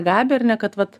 gabe ir ne kad vat